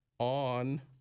On